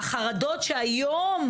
החרדות שהיום